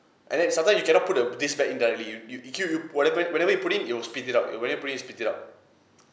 and then sometimes you cannot put the disc back in directly you you kill you whatever whenever you put in it will spit it out and when you put in it spit it out